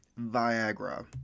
Viagra